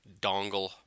dongle